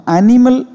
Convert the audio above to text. animal